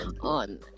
on